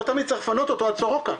לא תמיד צריך לפנות אותה עד סורוקה.